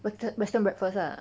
wes~ western breakfast lah